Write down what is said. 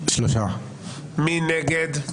מי נגד?